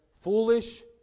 foolish